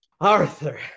Arthur